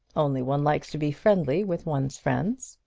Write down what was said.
only one likes to be friendly with one's friends.